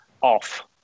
off